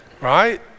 Right